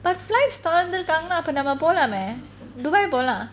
but flights தொறந்துருக்காங்கன்னா அப்போ நம்ம போலாமே:thoranthurukunna apo namma polame dubai போலாம்:polaam